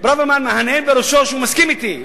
ברוורמן מהנהן בראשו שהוא מסכים אתי,